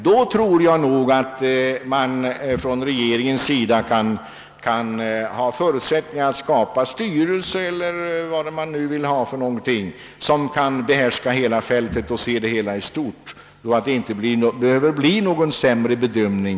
Då tror jag att regeringen har större förutsättningar att lyckas därmed, t.ex. genom att tillsätta en styrelse som kan behärska hela fältet och se det hela i stort. Jag tror inte att det därigenom blir någon sämre bedömning.